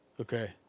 Okay